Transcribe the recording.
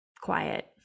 quiet